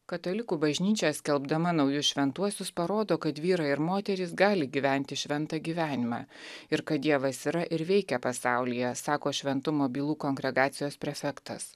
katalikų bažnyčia skelbdama naujus šventuosius parodo kad vyrai ir moterys gali gyventi šventą gyvenimą ir kad dievas yra ir veikia pasaulyje sako šventumo bylų kongregacijos prefektas